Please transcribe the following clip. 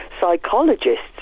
Psychologists